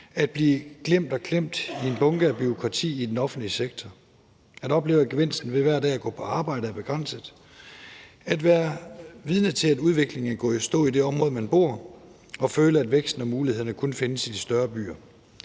at blive glemt og klemt i en bunke af bureaukrati i den offentlige sektor; at opleve, at gevinsten ved hver dag at gå på arbejde er begrænset; at være vidne til, at udviklingen er gået i stå i det område, hvor man bor, og føle, at væksten og mulighederne kun findes i de større byer.